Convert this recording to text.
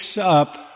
up